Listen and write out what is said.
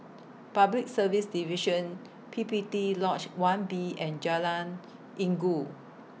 Public Service Division P P T Lodge one B and Jalan Inggu